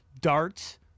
darts